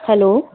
hello